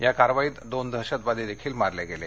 या कारवाईत दोन दहशतवादी देखील मारले गेले